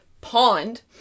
pond